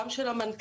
גם של המנכ"ל,